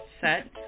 set